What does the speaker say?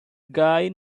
guy